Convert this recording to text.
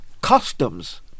customs